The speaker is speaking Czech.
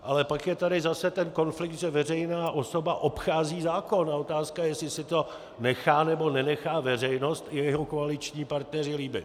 Ale pak je tady zase ten konflikt, že veřejná osoba obchází zákon, a je otázka, jestli si to nechá, nebo nenechá veřejnost a jeho koaliční partneři líbit.